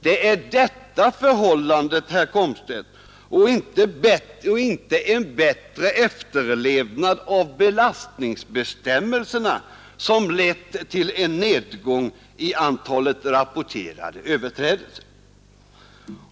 Det är detta förhållande, herr Komstedt, och inte en bättre efterlevnad av belastningsbestämmelserna som lett till en nedgång i antalet rapporterade överträdelser.